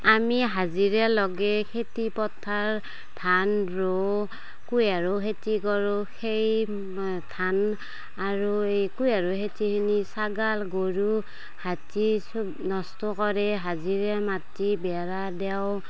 আমি হাজিৰা লগাই খেতি পথাৰ ধান ৰোওঁ কুঁহিয়াৰৰ খেতি কৰোঁ সেই ধান আৰু এই কুঁহিয়াৰৰ খেতিখিনি ছাগাল গৰু হাতী চব নষ্ট কৰে হাজিৰা মাতি বেৰা দেওঁ